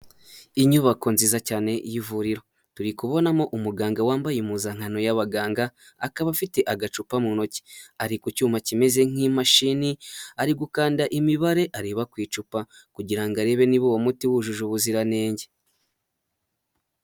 Inyubako nziza cyane y'ivuriro turi kubonamo umuganga wambaye impuzankano y'abaganga, akaba afite agacupa mu ntoki ari ku cyuma kimeze nk'imashini ari gukanda imibare areba ku icupa kugira arebe niba uwo muti wujuje ubuziranenge.